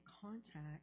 contact